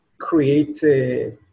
create